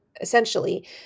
essentially